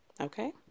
Okay